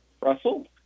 Russell